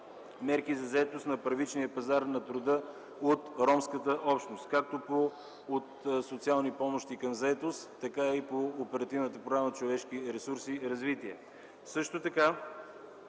мерки на заетост на първичния пазар на труда от ромската общност както „От социални помощи към заетост”, така и по Оперативната програма „Човешки ресурси и развитие”. Също така